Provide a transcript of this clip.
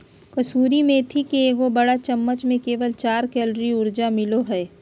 कसूरी मेथी के एगो बड़ चम्मच में केवल चार कैलोरी ऊर्जा मिलो हइ